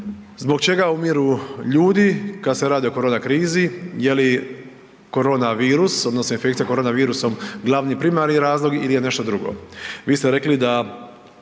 zbog čega umiru ljudi kad se radi o korona krizi? Je li koronavirus odnosno infekcija koronavirusom glavni primarni razlog ili je nešto drugo.